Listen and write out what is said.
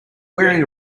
wearing